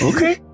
Okay